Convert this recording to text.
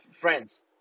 friends